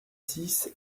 six